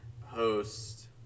host